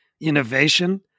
innovation